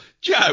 joe